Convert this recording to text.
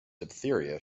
diphtheria